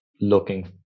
looking